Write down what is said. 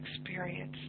experience